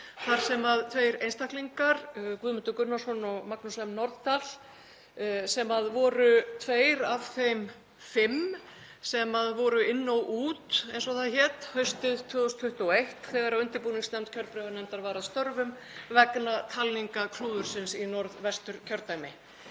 sem tveir einstaklingar höfðuðu, Guðmundur Gunnarsson og Magnús M. Norðdahl, sem voru tveir af þeim fimm sem voru inn og út, eins og það hét, haustið 2021 þegar undirbúningsnefnd kjörbréfanefndar var að störfum vegna talningaklúðursins í Norðvesturkjördæmi.